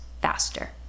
faster